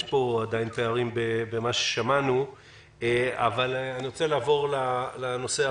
יש פה עדין פערים במה ששמענו אבל אני רוצה לעבור לנושא.